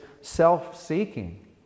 self-seeking